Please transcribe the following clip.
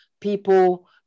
people